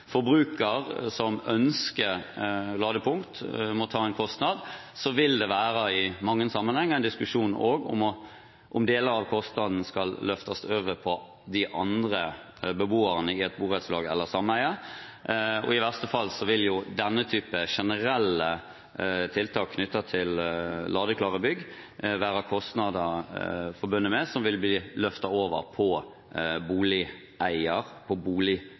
forbruker som ønsker ladepunkter, må ta en kostnad, vil det i mange sammenhenger være en diskusjon om deler av kostnadene skal løftes over på de andre beboerne i et borettslag eller et sameie. I verste fall vil jo denne typen generelle tiltak i ladeklare bygg være forbundet med kostnader som vil bli løftet over på boligeier, på